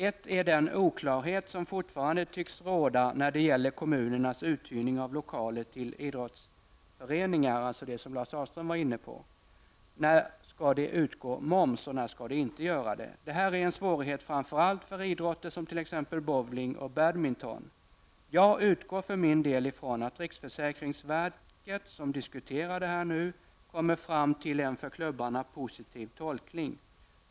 Ett är den oklarhet som fortfarande tycks råda när det gäller kommunernas uthyrning av lokaler till idrottsföreningar, alltså det som Lars Ahlström var inne på. När skall det utgå moms och när skall det inte göra det? Det här är en svårighet framför allt för idrotter som bowling och badminton. Jag utgår för min del från att riksförsäkringsverket, som nu diskuterar denna fråga, kommer fram till den för klubbarna positiv tolkning.